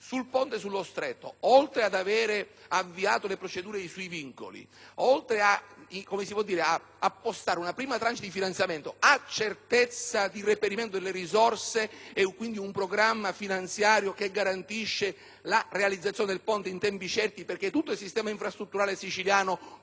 il ponte sullo Stretto, il Governo, oltre ad avere avviato le procedure sui vincoli e ad appostare una prima *tranche* di finanziamento, ha certezza di reperimento delle risorse e quindi un programma finanziario che garantisca la realizzazione del ponte in tempi certi perché tutto il sistema infrastrutturale siciliano possa